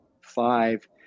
five